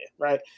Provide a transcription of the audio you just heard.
right